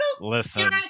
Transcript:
Listen